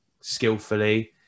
skillfully